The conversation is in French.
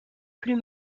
plus